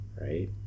right